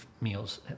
meals